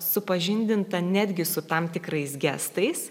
supažindinta netgi su tam tikrais gestais